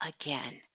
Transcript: again